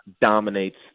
dominates